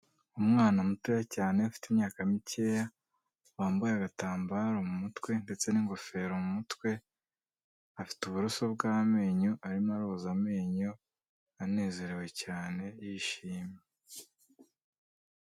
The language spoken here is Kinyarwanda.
Umwana mutoya cyane afite imyaka mikeya, wambaye agatambaro mu mutwe, ndetse n'ingofero mu mutwe, afite uburoso bw'amenyo, arimo aroza amenyo, anezerewe cyane yishimye.